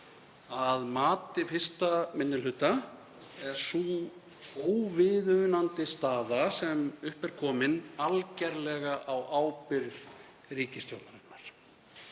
Að mati 1. minni hluta er sú óviðunandi staða sem upp er komin algerlega á ábyrgð ríkisstjórnarinnar.